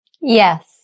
Yes